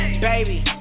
Baby